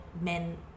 men